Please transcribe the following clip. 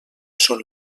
són